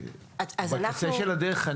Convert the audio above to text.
בקצה של הדרך,